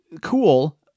cool